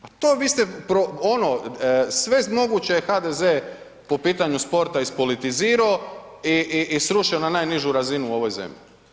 Pa to, vi ste ono sve moguće je HDZ po pitanju sporta ispolitizirao i srušio na najnižu razinu u ovoj zemlji.